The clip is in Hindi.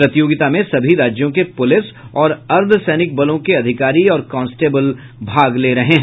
प्रतियोगिता में सभी राज्यों के पुलिस और अर्द्वसैनिक बलों के अधिकारी और कॉन्स्टेबल भाग ले रहे हैं